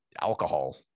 alcohol